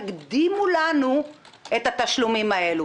תקדימו לנו את התשלומים האלו.